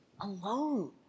alone